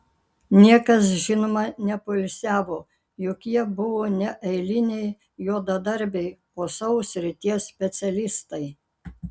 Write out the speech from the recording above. niekas žinoma nepoilsiavo juk jie buvo ne eiliniai juodadarbiai o savo srities specialistai